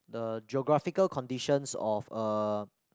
the geographical conditions of a